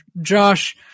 Josh